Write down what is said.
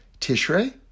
Tishrei